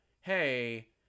hey